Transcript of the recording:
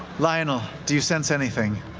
lionel, do you sense anything?